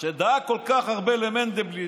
שדאג כל כך הרבה למנדלבליט